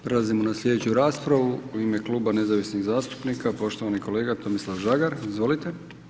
Prelazimo na slijedeću raspravu u ime kluba nezavisnih zastupnika poštovani kolega Tomislav Žagar, izvolite.